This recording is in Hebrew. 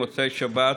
מוצאי שבת,